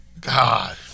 God